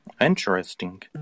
Interesting